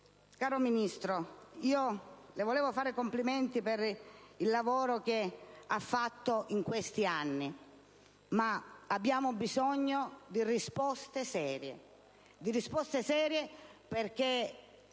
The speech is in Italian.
Caro Ministro, vorrei farle i complimenti per il lavoro svolto in questi anni, ma abbiamo bisogno di risposte serie, perché